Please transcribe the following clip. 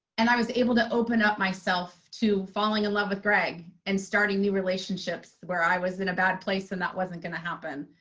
and i was able to open up myself to falling in love with greg and starting new relationships where i was in a bad place and that wasn't going to happen.